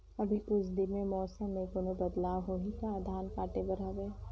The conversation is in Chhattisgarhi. अभी कुछ दिन मे मौसम मे कोनो बदलाव होही का? धान काटे बर हवय?